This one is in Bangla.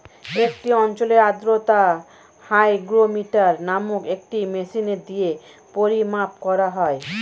একটি অঞ্চলের আর্দ্রতা হাইগ্রোমিটার নামক একটি মেশিন দিয়ে পরিমাপ করা হয়